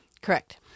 Correct